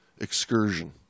excursion